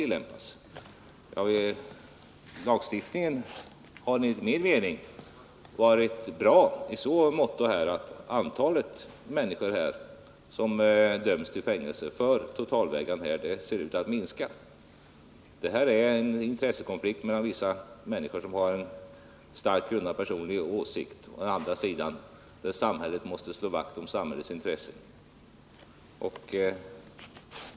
Denna lagstiftning har enligt min mening varit bra i så måtto att antalet människor som döms till fängelse för totalvägran ser ut att minska. Detta är en intressekonflikt mellan vissa människor med en starkt grundad personlig åsikt och samhället som måste slå vakt om sina intressen.